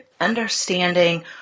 understanding